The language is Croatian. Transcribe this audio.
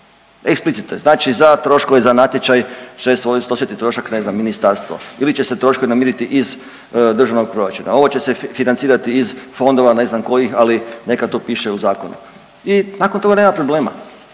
Eksplicite znači za troškove za natječaj će snositi trošak ne znam ministarstvo ili će se troškovi namiriti iz državnog proračuna, ovo će se financirati iz fondova ne znam kojih, ali neka to piše u zakonu. I nakon toga nema problema.